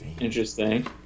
Interesting